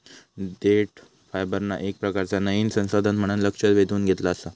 देठ फायबरना येक प्रकारचा नयीन संसाधन म्हणान लक्ष वेधून घेतला आसा